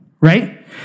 right